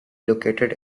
located